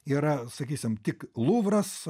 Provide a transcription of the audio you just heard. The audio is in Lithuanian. yra sakysim tik luvras